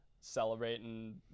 celebrating